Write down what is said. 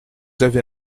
avez